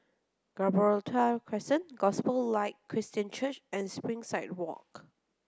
Gibraltar Crescent Gospel Light Christian Church and Springside Walk